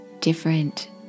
different